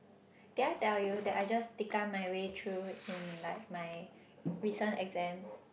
did I tell you that I just tiakm my way through in like my recent exam